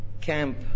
camp